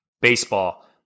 baseball